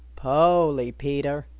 po'ly, peter,